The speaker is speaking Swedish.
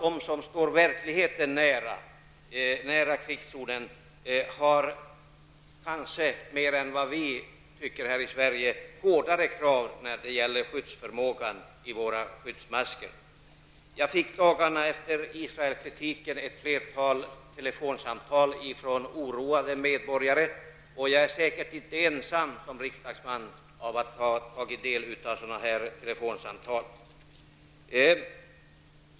De som står verkligheten nära och befinner sig i krigszonen har kanske hårdare krav än vi svenskar när det gäller skyddsförmågan. Dagarna efter Israels kritik fick jag flera telefonsamtal från oroade medborgare. Jag är säkert inte den enda riksdagsman som har fått ta emot sådana telefonsamtal.